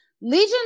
Legion